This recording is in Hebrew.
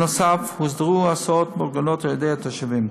בנוסף, הוסדרו הסעות מאורגנות על ידי התושבים.